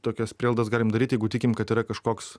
tokias prielaidas galim daryt jeigu tikime kad yra kažkoks